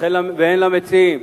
וכן למציעים,